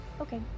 okay